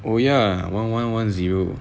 oh ya one one one zero